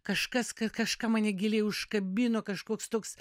kažkas kažką mane giliai užkabino kažkoks toks